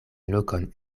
lokon